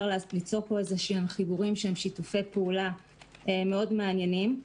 ליצור פה חיבורים של שיתופי פעולה מאוד מעניינים.